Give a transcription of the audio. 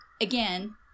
again